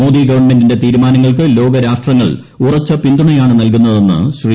മോദി ഗവൺമെന്റിന്റെ തീരുമാനങ്ങൾക്ക് ലോക രാഷ്ട്രങ്ങൾ ഉറച്ച പിന്തുണയാണ് നൽകുന്നതെന്ന് ശ്രീ